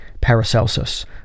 Paracelsus